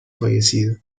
fallecido